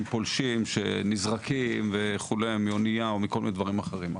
פולשים שנזרקים וכולי מאונייה או מכל מיני דברים אחרים.